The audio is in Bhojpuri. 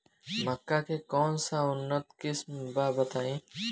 मक्का के कौन सा उन्नत किस्म बा बताई?